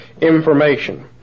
information